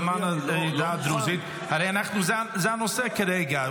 למען העדה הדרוזית, הרי זה הנושא כרגע.